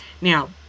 Now